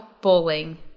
bowling